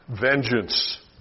vengeance